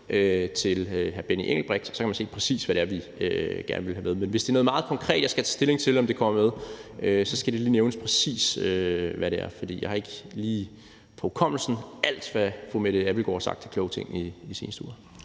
til hr. Benny Engelbrecht, og så kan man se, præcis hvad det er, vi gerne vil have med. Hvis det er noget meget konkret, jeg skal tage stilling til om kommer med, skal det lige nævnes, præcis hvad det er, for jeg har ikke alt, hvad fru Mette Abildgaard har sagt af kloge ting den seneste uge,